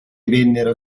vennero